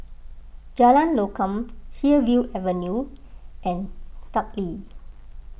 Jalan Lokam Hillview Avenue and Teck Lee